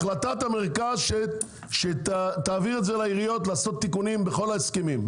החלטת המרכז שתעביר את זה לעיריות לעשות תיקונים בכל ההסכמים,